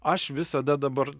aš visada dabar